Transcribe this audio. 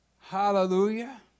Hallelujah